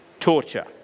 Torture